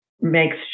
makes